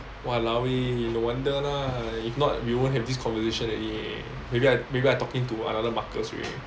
!walao! eh no wonder lah if not we won't have this conversation already maybe I maybe I talking to another marcus already